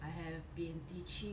I have been teaching